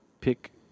pick